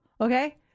okay